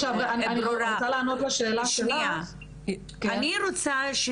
עכשיו, אני רוצה לענות לשאלה שלך.